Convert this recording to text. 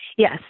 Yes